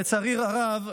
שלצערי הרב,